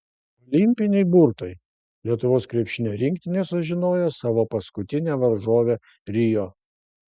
olimpiniai burtai lietuvos krepšinio rinktinė sužinojo savo paskutinę varžovę rio